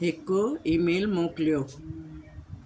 हिकु ईमेल मोकिलियो